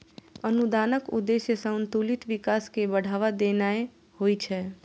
अनुदानक उद्देश्य संतुलित विकास कें बढ़ावा देनाय होइ छै